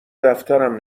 دفترم